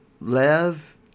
Lev